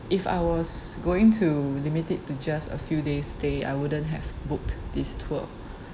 if I was going to limit it to just a few days stay I wouldn't have booked this tour